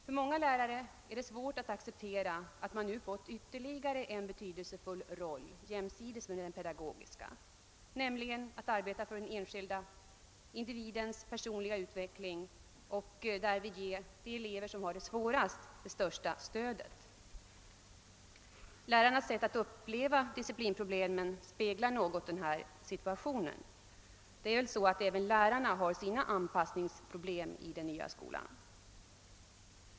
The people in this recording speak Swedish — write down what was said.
För många lärare är det svårt att acceptera att de nu fått ytterligare en betydelsefull roll jämsides med den pedagogiska, nämligen att arbeta för den enskilde individens personliga utveckling och att därvid ge de elever som har det svårast det största stödet. Lärarnas sätt att uppleva disciplinproblemen speglar något denna situation. Även lärarna har sina anpassningsproblem i den nya skolan.